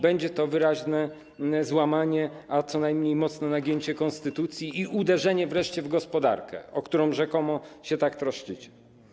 Będzie to wyraźne złamanie, a co najmniej mocne nagięcie konstytucji i wreszcie uderzenie w gospodarkę, o którą rzekomo tak się troszczycie.